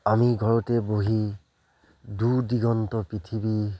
আমি ঘৰতে বহি দূৰ দিগন্ত পৃথিৱী